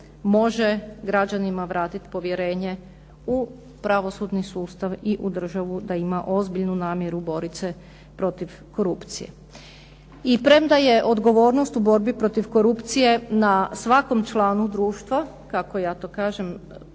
može građanima vratiti povjerenje u pravosudni sustav i u državu da ima ozbiljnu namjeru boriti se protiv korupcije. I premda je odgovornost u borbi protiv korupcije na svakom članu društva, kako ja to kažem,